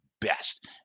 best